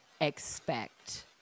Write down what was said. expect